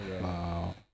wow